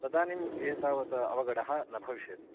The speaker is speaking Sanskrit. तदानीम् एतावत् अवगडः न भविष्यति